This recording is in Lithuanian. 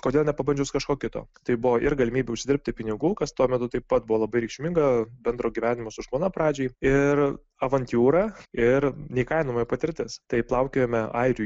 kodėl nepabandžius kažko kito tai buvo ir galimybė užsidirbti pinigų kas tuo metu taip pat buvo labai reikšminga bendro gyvenimo su žmona pradžiai ir avantiūra ir neįkainojama patirtis tai plaukiojome airių